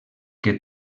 que